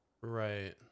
Right